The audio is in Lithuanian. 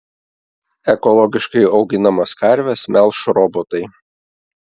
ekologiškai auginamas karves melš robotai